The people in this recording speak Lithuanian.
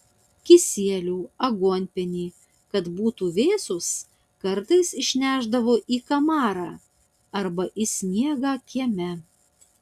kisielių aguonpienį kad būtų vėsūs kartais išnešdavo į kamarą arba į sniegą kieme